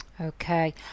Okay